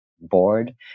board